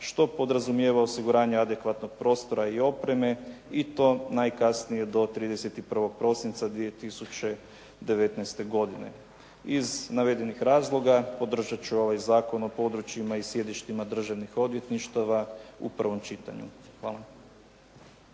što podrazumijeva osiguranje adekvatnog prostora i opreme i to najkasnije do 31. prosinca 2019. godine. Iz navedenih razloga podržat ću ovaj Zakon o područjima i sjedištima državnih odvjetništava u prvom čitanju. Hvala.